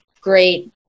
great